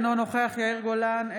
אינו נוכח יאיר גולן,